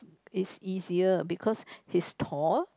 is easier because he's tall